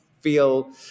feel